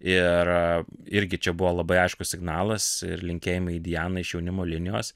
ir irgi čia buvo labai aiškus signalas ir linkėjimai dianai iš jaunimo linijos